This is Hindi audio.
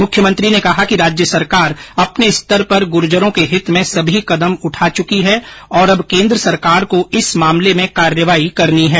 मुख्यमंत्री ने कहा कि राज्य सरकार अपने स्तर पर गुर्जरों के हित में सभी कदम उठा चुकी है और अब केन्द्र सरकार को इस मामले में कार्यवाही करनी है